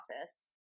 office